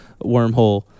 wormhole